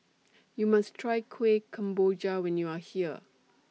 YOU must Try Kueh Kemboja when YOU Are here